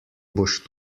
boš